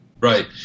Right